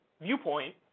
viewpoint